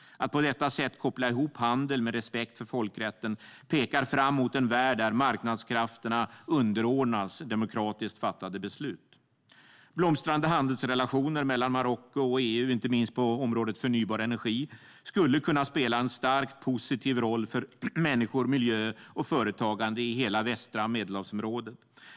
Att på det sättet koppla ihop handel med respekt för folkrätten pekar fram mot en värld där marknadskrafterna underordnas demokratiskt fattade beslut. Blomstrande handelsrelationer mellan Marocko och EU, inte minst på området förnybar energi, skulle kunna spela en starkt positiv roll för människor, miljö och företagande i hela västra Medelhavsområdet.